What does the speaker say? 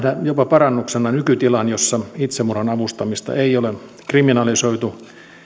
jopa parannuksena nykytilaan jossa itsemurhan avustamista ei ole kriminalisoitu